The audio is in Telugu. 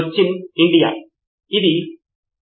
నితిన్ కురియన్ అంశంపై మంచి అవగాహన